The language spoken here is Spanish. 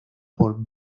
por